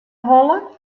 holle